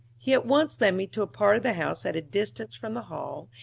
he at once led me to a part of the house at a distance from the hall,